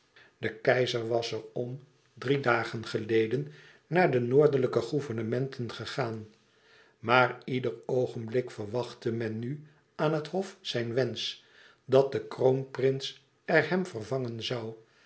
de keizer was er om drie dagen geleden naar de noordelijke gouvernementen gegaan maar ieder oogenblik verwachtte men nu aan het hof zijn wensch dat de kroonprins er hem vervangen zoû